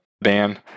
ban